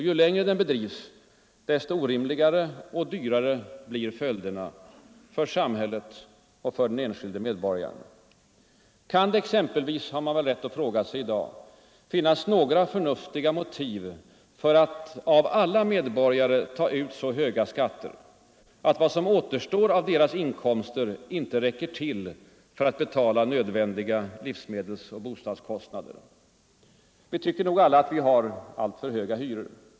Ju längre den bedrivs, desto orimligare och dyrare blir följderna för samhället och för den enskilde medborgaren. Kan det exempelvis — har man väl rätt att fråga sig i dag —- finnas några förnuftiga motiv för att av alla medborgare ta ut så höga skatter, att vad som återstår av deras inkomster inte räcker till att betala nödvändiga livsmedelsoch bostadskostnader? Vi tycker nog alla att vi har alltför höga hyror.